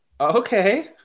okay